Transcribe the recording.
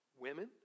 women